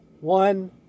one